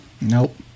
nope